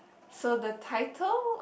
so the title